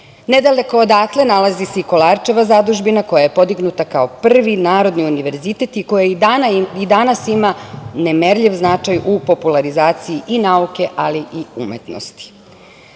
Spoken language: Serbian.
Nedaleko odatle nalazi se i Kolarčeva zadužbina, koja je podignuta kao prvi Narodni univerzitet i koja i danas ima nemerljiv značaj u popularizaciji nauke i umetnosti. Prosto